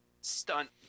stunt